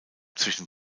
zwischen